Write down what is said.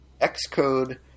Xcode